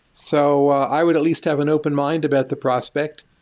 so i would at least have an open mind about the prospect.